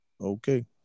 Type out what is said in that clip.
okay